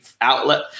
outlet